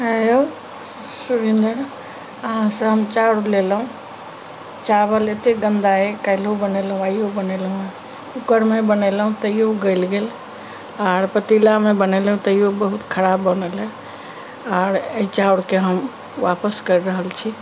आयं यौ सुरेंदर अहाँ से हम चाउर लेलहुॅं चावल एते गन्दा अय काल्हि बनेलहुॅं आइयो बनेलहुॅं कूकर मे बनेलहुॅं तैयो गलि गेल आर पतीला मे बनेलहुॅं तैयो बहुत खराब बनल अय आर एहि चाउर के हम वापस करि रहल छी